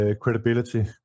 credibility